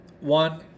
one